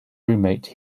roommate